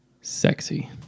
Sexy